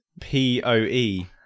P-O-E